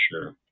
sure